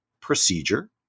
procedure